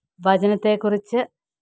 വചനത്തെക്കുറിച്ച്